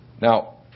Now